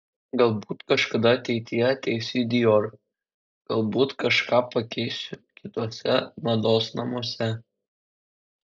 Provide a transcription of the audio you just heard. galbūt kažkada ateityje ateisiu į dior galbūt kažką pakeisiu kituose mados namuose